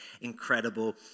incredible